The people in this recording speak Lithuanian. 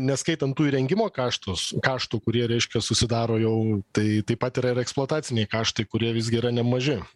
neskaitant tų įrengimo kaštus kaštų kurie reiškia susidaro jau tai taip pat yra ir eksploataciniai kaštai kurie visgi yra nemaži